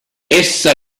essa